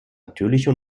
natürliche